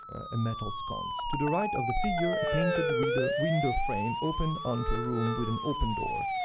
a metal sconce. to the right of the figure, a painted window window frame opened onto a room with an open door,